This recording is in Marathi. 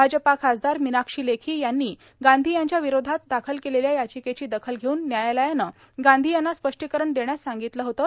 भाजपा खासदार मीनाक्षी लेखी यांनी गांधी यांच्या विरोधात दाखल केलेल्या याचिकेची दखल घेऊन व्यायालयानं गांधी यांना स्पष्टीकरण देण्यास सांगितलं होतं